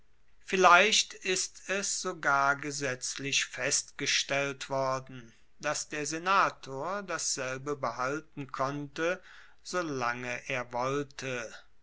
vielleicht ist es sogar gesetzlich festgestellt worden dass der senator dasselbe behalten konnte so lange er wollte